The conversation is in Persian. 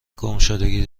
گمشدگی